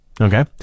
Okay